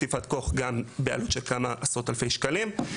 --- גם בעלות של כמה עשרות אלפי שקלים.